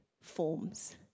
forms